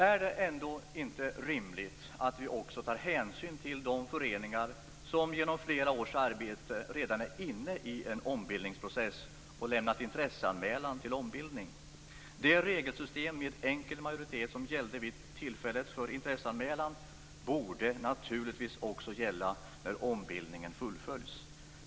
Är det ändå inte rimligt att vi också tar hänsyn till de föreningar som genom flera års arbete redan är inne i en ombildningsprocess och har lämnat intresseanmälan för ombildning? Det regelsystem med enkel majoritet som gällde vid tillfället för intresseanmälan borde naturligtvis också gälla när ombildningen fullföljs.